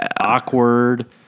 awkward